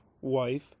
wife